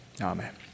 amen